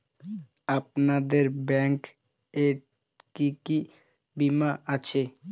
আপনাদের ব্যাংক এ কি কি বীমা আছে?